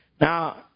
Now